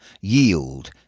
yield